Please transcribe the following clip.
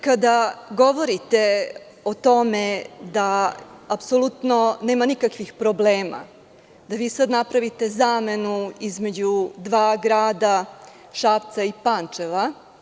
Kada govorite o tome da apsolutno nema nikakvih problema da vi sada napravite zamenu između dva grada, Šapca i Pančeva.